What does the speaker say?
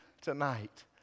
tonight